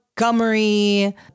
Montgomery